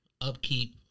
upkeep